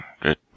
good